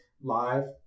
live